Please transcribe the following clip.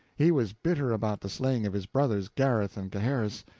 he was bitter about the slaying of his brothers, gareth and gaheris,